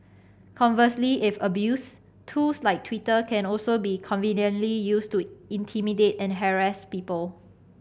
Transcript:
conversely if abused tools like Twitter can also be conveniently used to intimidate and harass people